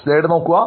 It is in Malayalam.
സ്ലൈഡ് നോക്കുക